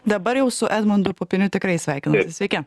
dabar jau su edmundu pupiniu tikrai sveikinuos sveiki